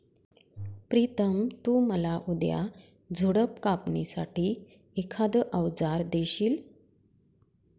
प्रितम तु मला उद्या झुडप कापणी साठी एखाद अवजार देशील?